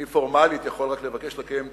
אני פורמלית יכול רק לבקש לקיים דיון,